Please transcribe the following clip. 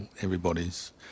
everybody's